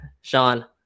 Sean